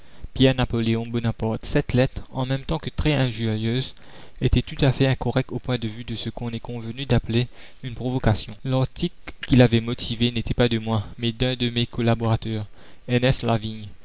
pierre napoléon bonaparte cette lettre en même temps que très injurieuse était tout à fait incorrecte au point de vue de ce qu'on est convenu d'appeler une provocation l'article qui l'avait motivée n'était pas de moi mais d'un de mes collaborateurs ernest lavigne